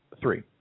three